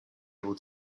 able